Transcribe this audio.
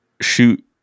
shoot